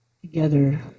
together